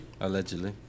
Allegedly